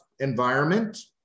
environment